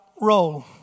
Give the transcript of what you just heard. role